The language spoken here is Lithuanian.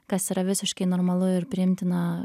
kas yra visiškai normalu ir priimtina